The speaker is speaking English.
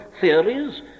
theories